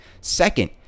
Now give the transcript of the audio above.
Second